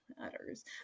matters